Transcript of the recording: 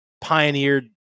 pioneered